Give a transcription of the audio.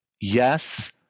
yes